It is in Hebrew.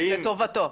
לטובתו.